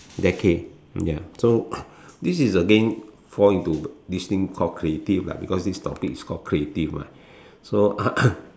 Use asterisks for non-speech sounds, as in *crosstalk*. decade ya so this is again fall into this thing called creative lah because this topic is called creative so *coughs*